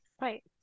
Right